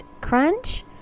Crunch